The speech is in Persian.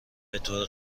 بطور